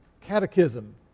catechism